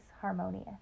harmonious